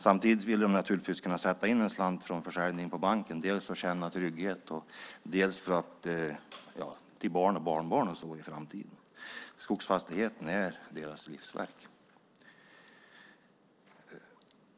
Samtidigt vill de naturligtvis kunna sätta in en slant från försäljningen på banken dels för att kunna känna en trygghet, dels för att ha något till barn och barnbarn och så i framtiden. Skogsfastigheten är Nisses och Karins livsverk.